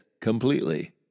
Completely